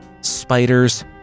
Spiders